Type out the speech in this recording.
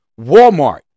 Walmart